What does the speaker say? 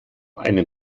einen